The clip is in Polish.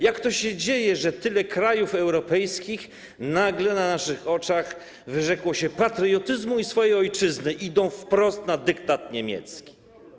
Jak to się dzieje, że tyle krajów europejskich nagle na naszych oczach wyrzekło się patriotyzmu i swojej ojczyzny i idą wprost na dyktat niemiecki?